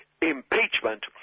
Impeachment